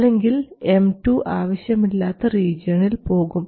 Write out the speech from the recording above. അല്ലെങ്കിൽ M2 ആവശ്യമില്ലാത്ത റീജിയണിൽ പോകും